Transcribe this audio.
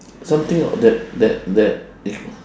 something of that that that